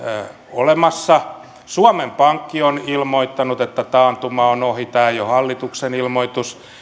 olemassa suomen pankki on ilmoittanut että taantuma on ohi tämä ei ole hallituksen ilmoitus